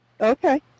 okay